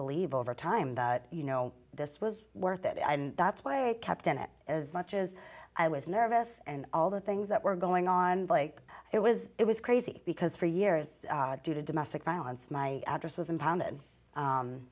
believe over time that you know this was worth it and that's why i kept on it as much as i was nervous and all the things that were going on it was it was crazy because for years due to domestic violence my address was impounded